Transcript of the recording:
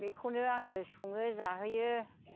बेखौनो आङो सङो जाहोयो